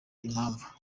impamvu